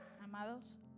Amados